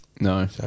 No